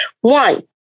One